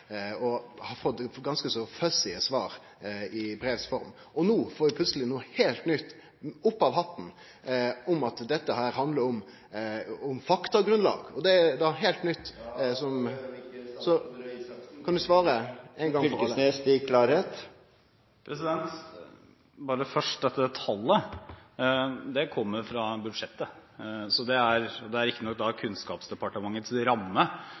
og har fått ganske «fuzzy» svar i brevs form. Og no får vi plutseleg noko heilt nytt opp av hatten, at dette handlar om faktagrunnlag. Det er heilt nytt. Bare først dette tallet, det kommer fra budsjettet og det er riktignok Kunnskapsdepartementets ramme.